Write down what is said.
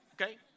Okay